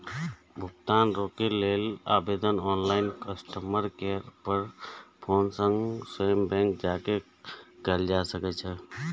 भुगतान रोकै लेल आवेदन ऑनलाइन, कस्टमर केयर पर फोन सं स्वयं बैंक जाके कैल जा सकैए